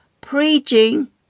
preaching